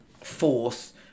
force